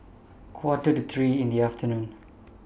Quarter to three in The afternoon